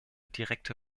direkte